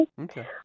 Okay